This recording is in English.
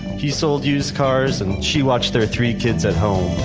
he sold used cars and she watched their three kids at home,